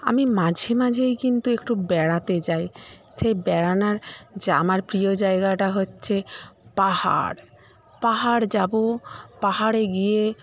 আমি মাঝে মাঝেই কিন্তু একটু বেড়াতে যাই সেই বেড়ানোর যে আমার প্রিয় জায়গাটা হচ্ছে পাহাড় পাহাড় যাবো পাহাড়ে গিয়ে